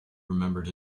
remembered